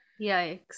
Yikes